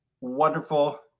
wonderful